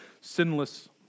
sinless